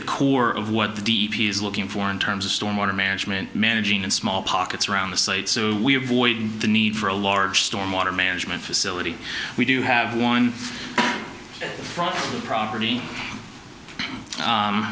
the core of what the d p is looking for in terms of storm water management managing in small pockets around the site so we avoid the need for a large storm water management facility we do have one from a property